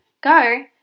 Go